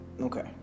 Okay